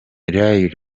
riley